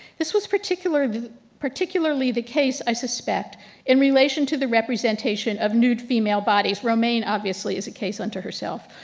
this was particularly particularly the case i suspect in relation to the representation of nude female bodies. romaine obviously is a case under herself.